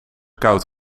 koud